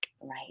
right